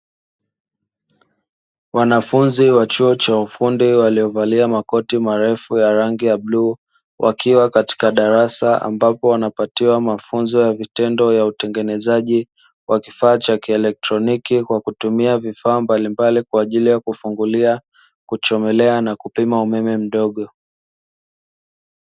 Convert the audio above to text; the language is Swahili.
Wanafunzi wa chuo cha ufundi waliovalia makoti marefu ya rangi ya bluu wakiwa katika darasa, ambapo wanapatiwa mafunzo ya vitendo ya utengenezaji wa kifaa cha kielektroniki kwa kutumia vifaa mbalimbali kwa ajili ya: kufungulia, kuchomelea na kupima umeme mdogo.